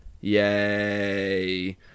yay